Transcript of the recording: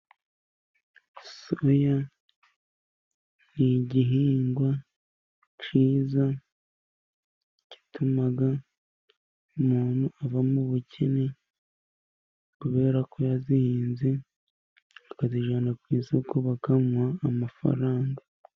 Soya ni igihingwa cyiza gituma umuntu ava mu bukene, kuberako yayihinze akayijyana ku isoko bakamuha amafaranga.